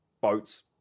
boats